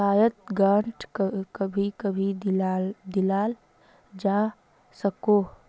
वाय्सायेत ग्रांट कभी कभी दियाल जवा सकोह